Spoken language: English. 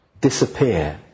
disappear